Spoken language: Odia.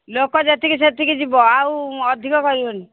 ଲୋକ ଯେତିକି ସେତିକି ଯିବ ଆଉ ଅଧିକ କରିବନି